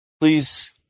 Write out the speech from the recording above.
Please